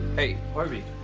hey, harvey.